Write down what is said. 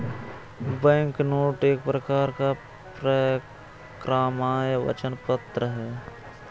banknote एक प्रकार का परक्राम्य वचन पत्र है